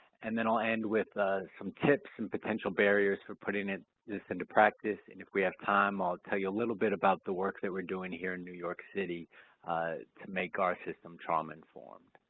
and then i'll end with ah some tips and potential barriers for putting this into practice and if we have time i'll tell you a little bit about the work that we're doing here in new york city to make our system trauma-informed.